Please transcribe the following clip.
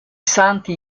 santi